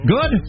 Good